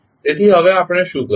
તેથી હવે આપણે શું કરીશું